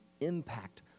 impact